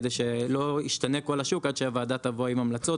כדי שלא ישתנה כל השוק עד שהוועדה תבוא עם המלצות,